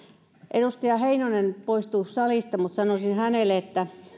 edustaja heinonen poistui salista mutta sanoisin hänelle että